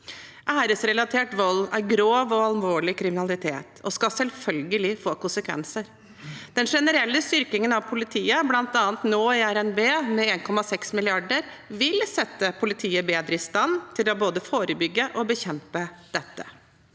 Æresrelatert vold er grov og alvorlig kriminalitet og skal selvfølgelig få konsekvenser. Den generelle styrkingen av politiet, bl.a. nå i RNB med 1,6 mrd. kr, vil sette politiet bedre i stand til både å forebygge og bekjempe dette.